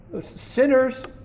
Sinners